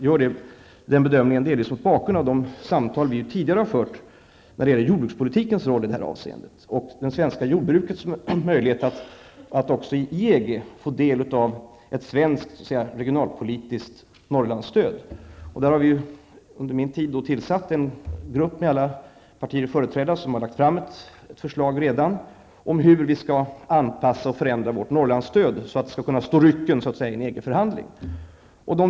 Jag gör den bedömningen delvis mot bakgrund av de samtal som vi tidigare fört när det gäller jordbrukspolitikens roll i det här avseendet och det svenska jordbrukets möjligheter att också i EG få del av ett svenskt regionalpolitiskt Norrlandsstöd. Där har vi under min tid som jordbruksminister tillsatt en grupp med alla politiska partier företrädda. Gruppen har redan lagt fram ett förslag om hur vi skall anpassa och förändra vårt Norrlandsstöd, så att det skall kunna stå rycken i en EG-förhandling.